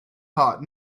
hot